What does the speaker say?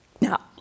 Now